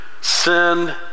sin